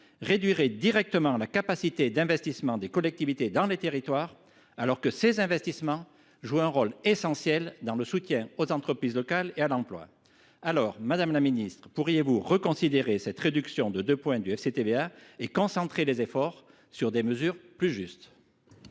réduirait directement la capacité d’investissement des collectivités dans les territoires alors que ces investissements jouent un rôle essentiel dans le soutien aux entreprises locales et à l’emploi. Madame la ministre, pourriez vous reconsidérer cette réduction de 2 points du FCTVA et concentrer les efforts sur des mesures plus justes ?